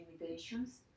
limitations